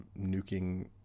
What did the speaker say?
nuking